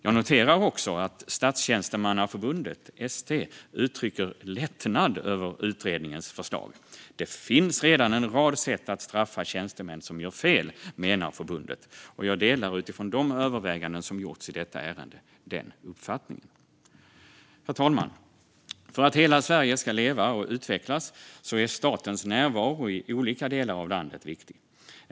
Jag noterar också att Statstjänstemannaförbundet, ST, uttrycker lättnad över utredningens förslag. Det finns redan en rad sätt att straffa tjänstemän som gör fel, menar förbundet. Jag delar utifrån de överväganden som gjorts i detta ärende den uppfattningen. Herr talman! För att hela Sverige ska leva och utvecklas är statens närvaro i olika delar av landet viktig.